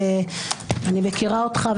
אני מכירה אותך,